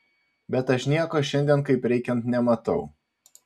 bet aš nieko šiandien kaip reikiant nematau